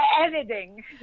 editing